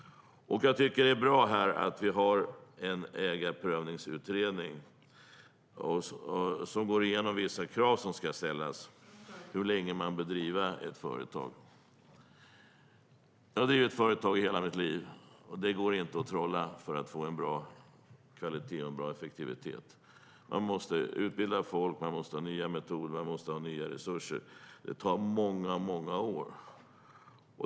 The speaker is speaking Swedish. Jag tycker att det är bra att vi har en ägarprövningsutredning som går igenom vissa krav som ska ställas och hur länge man bör driva ett företag. Jag har drivit företag i hela mitt liv. Det går inte att trolla för att få en bra kvalitet och effektivitet. Man måste utbilda folk, och man måste ha nya metoder och resurser. Det tar många år.